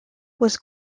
was